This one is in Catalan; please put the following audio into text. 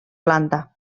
planta